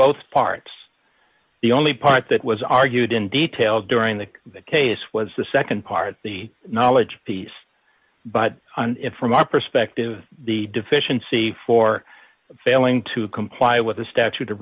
both parts the only part that was argued in detail during the case was the nd part the knowledge piece but on it from our perspective the deficiency for failing to comply with the statute of